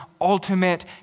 ultimate